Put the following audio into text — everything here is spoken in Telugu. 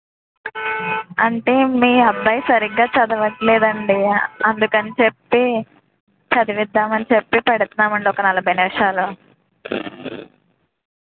అంటే మీ అబ్బాయి సరిగ్గా చదవటం లేదండి అందుకని చెప్పి చదివిద్దామని చెప్పిపెడుతున్నాం అండి ఒక నలభై నిమిషాలు